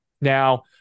Now